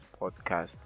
Podcast